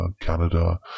Canada